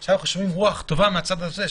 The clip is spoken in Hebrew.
עכשיו אנחנו שומעים רוח טובה מהצד הזה,